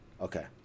Okay